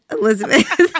Elizabeth